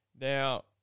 Now